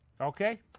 Okay